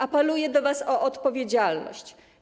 Apeluję do was o odpowiedzialność.